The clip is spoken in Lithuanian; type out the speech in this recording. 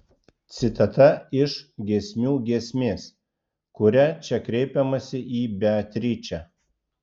citata iš giesmių giesmės kuria čia kreipiamasi į beatričę